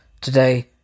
Today